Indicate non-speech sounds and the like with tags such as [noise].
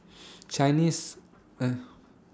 Chinese [hesitation]